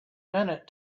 minute